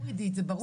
זה ברור.